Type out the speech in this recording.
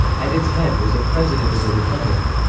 at its head was a president of the republic.